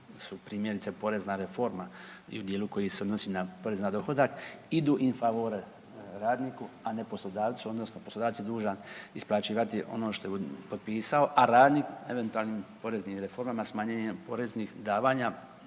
su primjerice porezna reforma i u djelu koji se odnosi na porez na dohodak, idu in favorem radniku a ne poslodavcu, odnosno poslodavac je dužan isplaćivati ono što je potpisao a radnik eventualnim poreznim reformama, smanjenjem poreznih davanja